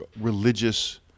religious